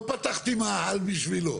לא פתחתי מאהל בשבילו.